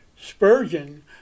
Spurgeon